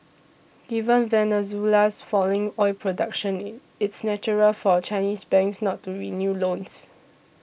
given Venezuela's falling oil production it's natural for Chinese banks not to renew loans